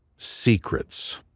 Secrets